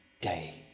day